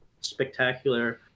spectacular